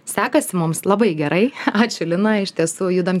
sekasi mums labai gerai ačiū lina iš tiesų judam